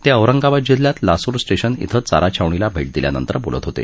ते औरंगाबाद जिल्ह्यात लासूर स्टेशन इथं चारा छावणीला भेट दिल्यानंतर बोलत होते